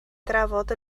drafod